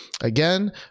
Again